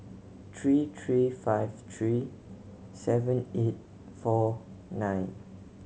three three five three seven eight four nine